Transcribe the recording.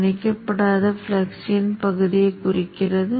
எனவே Np 10 மற்றும் Ns 20 என்பது 1 2 என்ற திருப்ப விகிதத்தைக் குறிக்கிறது